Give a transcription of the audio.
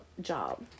job